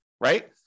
right